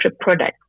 product